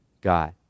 God